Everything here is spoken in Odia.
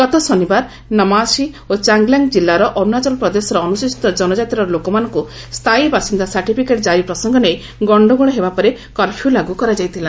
ଗତ ଶନିବାର ନମାସି ଏବଂ ଚାଙ୍ଗଲାଙ୍ଗ ଜିଲ୍ଲାର ଅଣ ଅରୁଣାଚଳପ୍ରଦେଶର ଅନୁସ୍ଚିତ ଜନଜାତିର ଲୋକମାନଙ୍କୁ ସ୍ଥାୟୀ ବାସିନ୍ଦା ସାର୍ଟିଫିକେଟଜାରି ପ୍ରସଙ୍ଗ ନେଇ ଗଣ୍ଡଗୋଳ ହେବା ପରେ କର୍ଫ୍ୟୁ ଲାଗୁ କରାଯାଇଥିଲା